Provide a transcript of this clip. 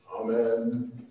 Amen